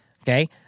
Okay